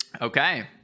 Okay